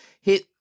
hit